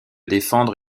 défendre